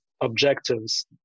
objectives